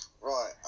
Right